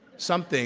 something